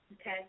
Okay